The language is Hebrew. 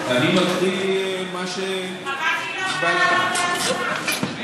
אני מקריא מה שהיא, חבל שהיא לא באה לענות בעצמה.